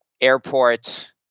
airports